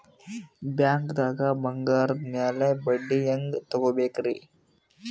ಬ್ಯಾಂಕ್ದಾಗ ಬಂಗಾರದ್ ಮ್ಯಾಲ್ ಬಡ್ಡಿ ಹೆಂಗ್ ತಗೋಬೇಕ್ರಿ?